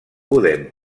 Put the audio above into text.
podem